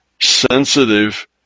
sensitive